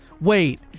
Wait